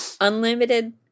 unlimited